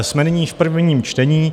Jsme nyní v prvním čtení.